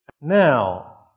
Now